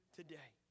today